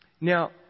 Now